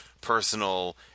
personal